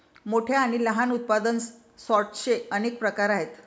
मोठ्या आणि लहान उत्पादन सॉर्टर्सचे अनेक प्रकार आहेत